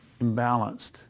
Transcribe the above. imbalanced